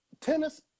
tennis